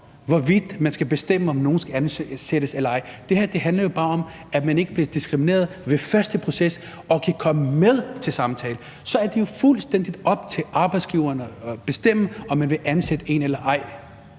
hvorvidt man skal bestemme, om nogen skal ansættes eller ej. Det her handler jo bare om, at man ikke bliver diskrimineret ved første proces, og at man kan komme med til samtale. Så det er det jo fuldstændig op til arbejdsgiverne at bestemme, om man vil ansætte en eller ej.